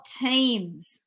teams